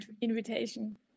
invitation